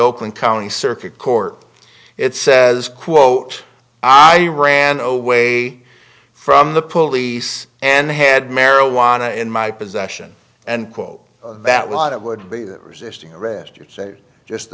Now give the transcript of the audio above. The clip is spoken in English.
oakland county circuit court it says quote i ran away from the police and had marijuana in my possession and quote that lot it would be that resisting arrest or say just